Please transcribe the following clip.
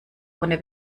ohne